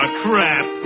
crap